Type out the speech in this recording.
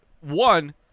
one